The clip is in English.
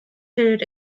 period